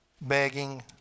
begging